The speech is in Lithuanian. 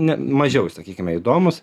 ne mažiau sakykime įdomūs